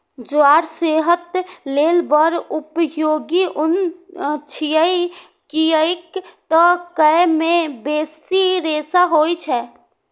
ज्वार सेहत लेल बड़ उपयोगी अन्न छियै, कियैक तं अय मे बेसी रेशा होइ छै